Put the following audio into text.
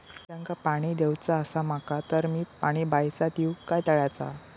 मिरचांका पाणी दिवचा आसा माका तर मी पाणी बायचा दिव काय तळ्याचा?